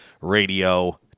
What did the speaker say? Radio